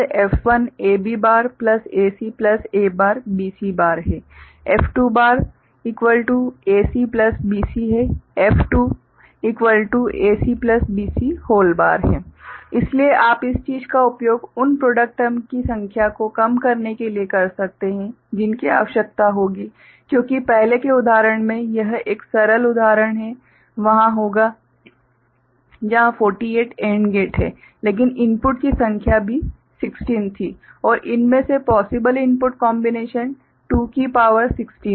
F1ABACABC F2ACBC F2ACBC इसलिए आप इस चीज़ का उपयोग उन प्रॉडक्ट टर्म की संख्या को कम करने के लिए कर सकते हैं जिनकी आवश्यकता होगी क्योंकि पहले के उदाहरण में यह एक सरल उदाहरण है वहाँ होगा जहां 48 AND गेट हैं लेकिन इनपुट की संख्या भी 16 थी और इनमें से पोसिबल इनपुट कोंबिनेशन 2 की पावर 16 है